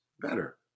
better